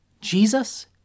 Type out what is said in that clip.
Jesus